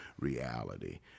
reality